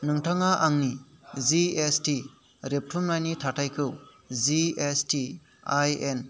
नोंथाङा आंनि जिएसटि रेबथुमनायनि थाथायखौ जिएसटिआइएन